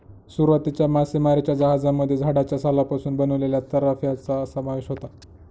सुरुवातीच्या मासेमारीच्या जहाजांमध्ये झाडाच्या सालापासून बनवलेल्या तराफ्यांचा समावेश होता